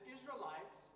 Israelites